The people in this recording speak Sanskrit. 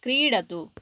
क्रीडतु